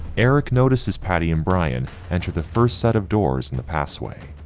eric notices patti and brian enter the first set of doors in the pathway.